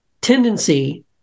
tendency